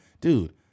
Dude